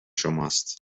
شماست